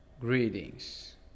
greetings